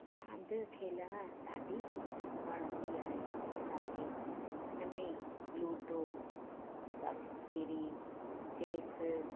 रांदि खेलणु ॾाढी वणंदी आहे असांखे इन में लूडो सांप सीढ़ी चेस